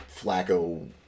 Flacco